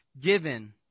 given